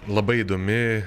labai įdomi